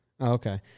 Okay